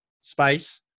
space